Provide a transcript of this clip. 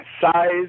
size